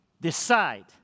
decide